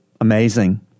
Amazing